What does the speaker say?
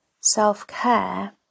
self-care